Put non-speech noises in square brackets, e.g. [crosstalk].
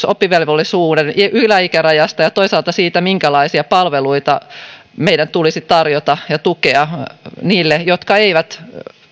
[unintelligible] oppivelvollisuuden yläikärajasta ja toisaalta siitä minkälaisia palveluita ja tukea meidän tulisi tarjota niille jotka eivät